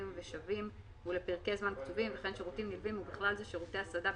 ושבים ולפרקי זמן קצובים וכן שירותים נלווים ובכלל זה שירותי הסעדה,